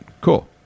Cool